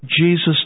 Jesus